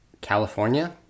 California